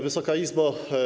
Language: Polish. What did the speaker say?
Wysoka Izbo!